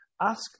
Ask